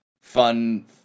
fun